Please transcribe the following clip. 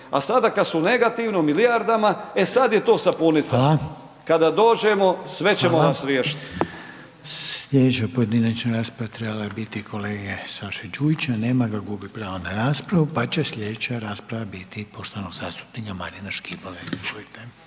a sada kad su negativno, u milijardama, e sad je to sapunica. Kada dođemo, sve ćemo vas riješiti. **Reiner, Željko (HDZ)** Hvala. Slijedeća pojedinačna rasprava je trebala biti kolege Saše Đujića, nema ga, gubi pravo na raspravu pa že se slijedeća rasprava biti poštovanog zastupnika Marina Škibole,